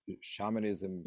shamanism